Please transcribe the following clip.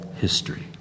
history